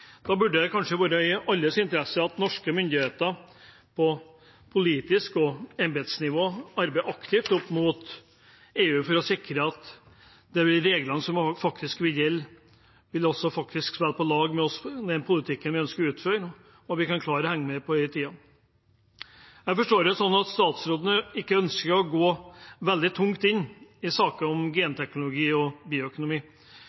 Da burde det kanskje være i alles interesse at norske myndigheter på politisk nivå og embetsnivå arbeider aktivt opp mot EU for å sikre at de reglene som faktisk vil gjelde, også vil spille på lag med oss, med den politikken vi ønsker å utføre, og at vi kan klare å henge med på dette i tide. Jeg forstår det sånn at statsråden ikke ønsker å gå veldig tungt inn i saker om